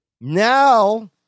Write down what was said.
Now